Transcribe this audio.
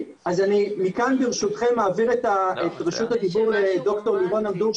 מכאן ברשותכם אני מעביר את רשות הדיבור לד"ר לירון אמדור,